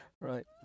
Right